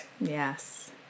Yes